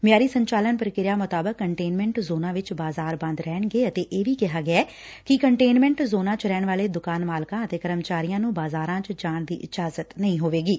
ਮਿਆਰੀ ਸੰਚਾਲਨ ਪ੍ਰਕਿਰਿਆ ਮੁਤਾਬਿਕ ਕੰਟੇਨਮੈਂਟ ਜ਼ੋਨਾਂ ਵਿਚ ਬਾਜ਼ਾਰ ਬੰਦ ਰਹਿਣਗੇ ਅਤੇ ਇਹ ਵੀ ਕਿਹਾ ਗਿਆ ਐ ਕਿ ਕੰਟੇਨਮੈਂਟ ਜ਼ੋਨਾਂ ਚ ਰਹਿਣ ਵਾਲੇ ਦੁਕਾਨ ਮਾਲਕਾਂ ਅਤੇ ਕਰਮਚਾਰੀਆਂ ਨੁੰ ਬਾਜ਼ਾਰਾਂ ਚ ਜਾਣ ਦੀ ਇਜਾਜ਼ਤ ਨਹੀਂ ਹੋਵੇਗੀ